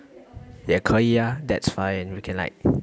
ya 可以啊 that's fine we can like